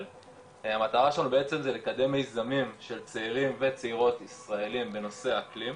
המטרה שלנו בעצם זה לקדם מיזמים של צעירים וצעירות ישראלים בנושא אקלים.